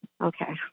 Okay